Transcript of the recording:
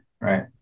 right